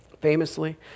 famously